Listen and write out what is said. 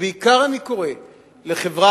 ובעיקר אני קורא לסיעת